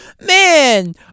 Man